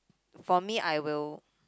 for me I will